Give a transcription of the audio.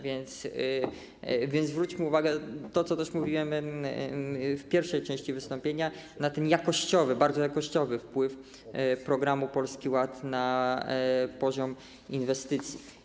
Więc zwróćmy uwagę na to, o czym też mówiłem w pierwszej części wystąpienia, na ten jakościowy, bardzo jakościowy wpływ programu Polski Ład na poziom inwestycji.